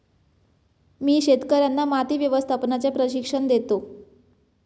मी शेतकर्यांना माती व्यवस्थापनाचे प्रशिक्षण देतो